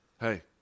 Hey